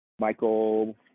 Michael